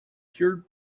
cured